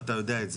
ואתה יודע את זה.